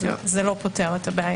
זה לא פותר את הבעיה.